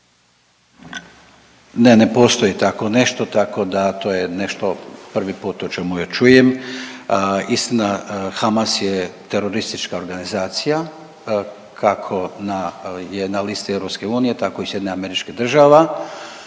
Ne, ne postoji tako nešto tako da to je nešto prvi put o čemu ja čujem. Istina, Hamas je teroristička organizacija, kako na, je na listi EU, tako i SAD-a i siguran